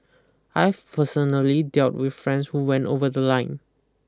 I've personally dealt with friends who went over the line